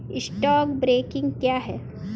Stock broking क्या है?